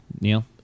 Neil